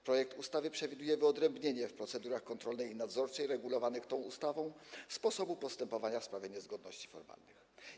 Projekt ustawy przewiduje wyodrębnienie w procedurach kontrolnej i nadzorczej regulowanych tą ustawą sposobu postępowania w sprawie niezgodności formalnych.